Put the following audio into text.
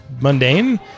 mundane